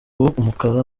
umukara